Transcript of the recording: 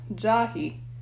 Jahi